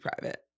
private